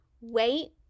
wait